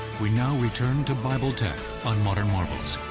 we now return to bible tech on modern marvels.